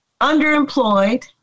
underemployed